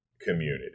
community